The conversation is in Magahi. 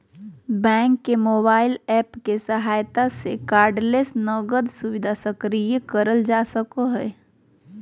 बैंक के मोबाइल एप्प के सहायता से कार्डलेस नकद सुविधा सक्रिय करल जा सको हय